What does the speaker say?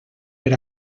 per